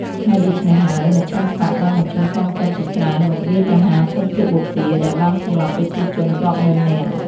ហេតុដូច្នេះហើយ មជ្ឈិមបក្សបានបញ្ជូនកងទ័ពជាច្រើនមកវាយប្រហារភូមិភាគបូព៌ា ដែលបានសម្លាប់ប្រជាជនរាប់ម៉ឺន នាក់។